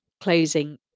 closing